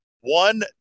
One